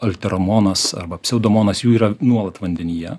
alteromonas arba pseudomonas jų yra nuolat vandenyje